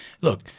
look